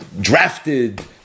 drafted